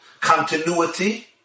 continuity